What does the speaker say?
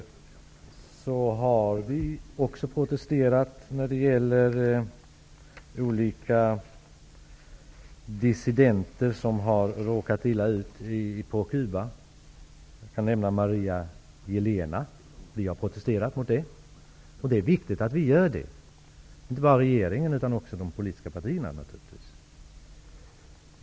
Vi har också protesterat när det gäller olika dissidenter som har råkat illa ut på Cuba. Jag kan nämna Maria Elena Cruz Varela. Det är viktigt att vi gör det, inte bara regeringen, utan också de politiska partierna.